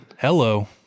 Hello